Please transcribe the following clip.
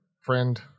Friend